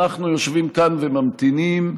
אנחנו יושבים כאן וממתינים,